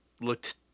looked